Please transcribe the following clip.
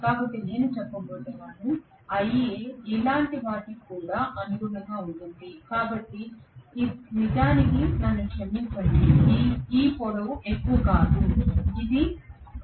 కాబట్టి నేను చెప్పబోతున్నాను iA ఇలాంటి వాటికి అనుగుణంగా ఉంటుంది ఇది నిజానికి నన్ను క్షమించండి ఇది ఈ పొడవు ఎక్కువ కాదు కాబట్టి ఇది